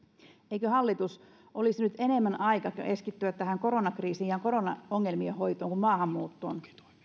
eikö hallituksen olisi nyt enemmän aika keskittyä tähän koronakriisiin ja koronaongelmien hoitoon kuin maahanmuuttoon